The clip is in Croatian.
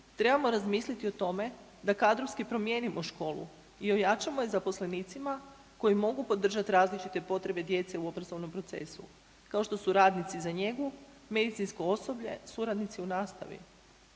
trebamo razmisliti o tome da kadrovski promijenimo školu i ojačamo je zaposlenicima koji mogu podržati različite potrebe djece u obrazovnom procesu, kao što su radnici za njegu, medicinsko osoblje, suradnici u nastavi.